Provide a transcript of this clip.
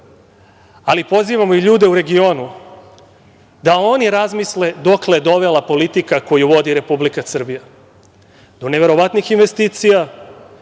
ali pozivamo i ljude u regionu da oni razmisle dokle je dovela politika koju vodi Republika Srbija. Do neverovatnih investicija,